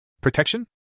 Protection